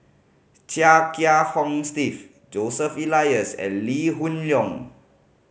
Chia Kiah Hong Steve Joseph Elias and Lee Hoon Leong